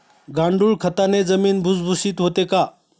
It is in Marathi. गांडूळ खताने जमीन भुसभुशीत होते का?